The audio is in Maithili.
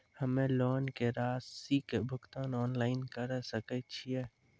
हम्मे लोन के रासि के भुगतान ऑनलाइन करे सकय छियै?